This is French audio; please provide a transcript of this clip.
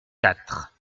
quatre